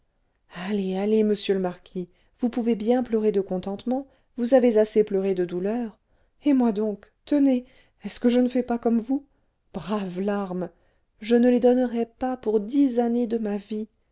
allez allez monsieur le marquis vous pouvez bien pleurer de contentement vous avez assez pleuré de douleur et moi donc tenez est-ce que je ne fais pas comme vous braves larmes je ne les donnerais pas pour dix années de ma vie